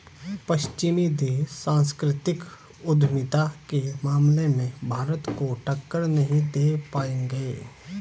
पश्चिमी देश सांस्कृतिक उद्यमिता के मामले में भारत को टक्कर नहीं दे पाएंगे